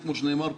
כמו שנאמר כאן,